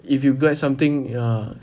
if you get something ya